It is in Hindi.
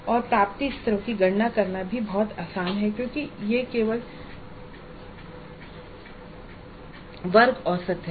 और प्राप्ति स्तरों की गणना करना भी बहुत आसान है क्योंकि यह केवल वर्ग औसत है